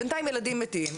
בינתיים ילדים מתים,